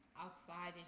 outside